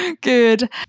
good